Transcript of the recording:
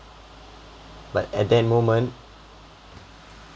like at that moment